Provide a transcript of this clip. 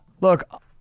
Look